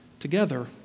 Together